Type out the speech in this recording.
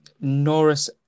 Norris